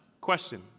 question